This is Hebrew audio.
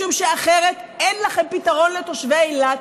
משום שאחרת אין לכם פתרון לתושבי אילת,